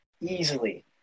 easily